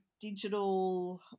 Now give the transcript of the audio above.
digital